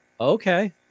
Okay